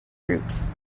groups